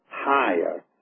higher